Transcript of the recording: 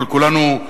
אבל כולנו,